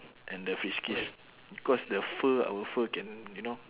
and the friskies because the fur our fur can you know